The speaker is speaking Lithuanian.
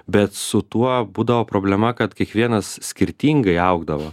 bet su tuo būdavo problema kad kiekvienas skirtingai augdavo